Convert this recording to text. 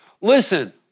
Listen